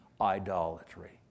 idolatry